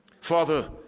father